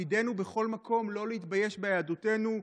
תפקידנו בכל מקום לא להתבייש ביהדותנו,